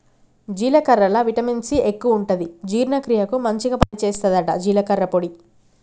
జీలకర్రల vitamin C ఎక్కువుంటది జీర్ణ క్రియకు మంచిగ పని చేస్తదట జీలకర్ర పొడి